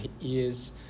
ears